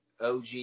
OG